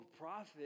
prophet